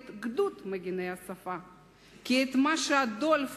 את 'גדוד מגיני השפה'./ כי את מה שאדולף,